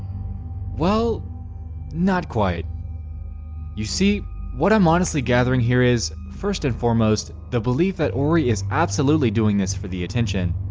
well not quite you see what i'm honestly gathering here is first and foremost the belief that orie is absolutely doing this for the attention